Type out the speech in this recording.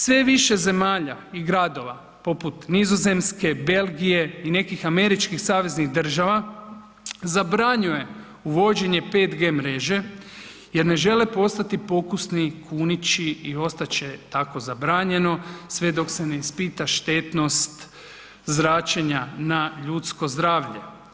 Sve je više zemalja i gradova poput Nizozemske, Belgije i nekih američkih saveznih država zabranjuje uvođenje 5G mreže jer ne žele postati pokusni kunići i ostat će tako zabranjeno sve dok se ne ispita štetnost zračenja na ljudsko zdravlje.